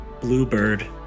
bluebird